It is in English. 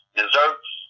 desserts